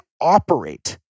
operate